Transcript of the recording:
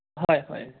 হয় হয়